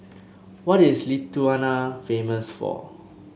what is Lithuania famous for